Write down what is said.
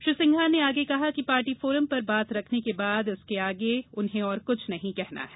श्री सिंघार ने आगे कहा कि पार्टी फोरम पर बात रखने के बाद इसके आगे उन्हें कुछ और नहीं कहना है